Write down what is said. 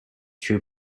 true